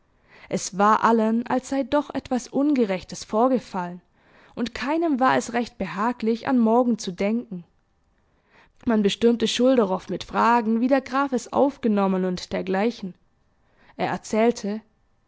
es war allen als sei doch etwas ungerechtes vorgefallen und keinem war es recht behaglich an morgen zu denken man bestürmte schulderoff mit fragen wie der graf es aufgenommen und dergleichen er erzählte